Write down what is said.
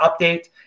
update